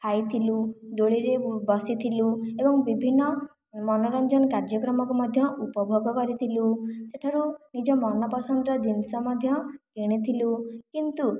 ଖାଇଥିଲୁ ଦୋଳିରେ ବସିଥିଲୁ ଏବଂ ବିଭିନ୍ନ ମନୋରଞ୍ଜନ କାର୍ଯ୍ୟକ୍ରମକୁ ମଧ୍ୟ ଉପଭୋଗ କରିଥିଲୁ ସେଠାରୁ ନିଜ ମନପସନ୍ଦର ଜିନିଷ ମଧ୍ୟ କିଣିଥିଲୁ କିନ୍ତୁ